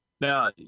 Now